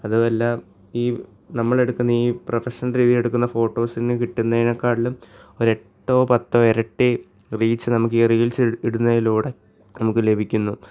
അതുമല്ല ഈ നമ്മളെടുക്കുന്ന ഈ പ്രഫഷണൽ രീതിയിലെടുക്കുന്ന ഫോട്ടോസീന്ന് കിട്ടുന്നേക്കാട്ടിലും ഒരെട്ടോ പത്തോ ഇരട്ടി റീച്ച് നമുക്ക് റീൽസിടുന്നതിലൂടെ നമുക്ക് ലഭിക്കുന്നു